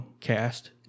cast